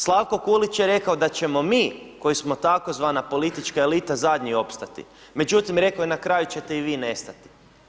Slavko Kulić je rekao da ćemo mi, koji smo tzv. politička elita zadnji opstati, međutim rekao je na kraju ćete i vi nestati.